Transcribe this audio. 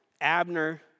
Abner